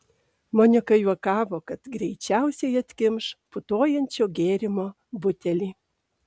monika juokavo kad greičiausiai atkimš putojančio gėrimo butelį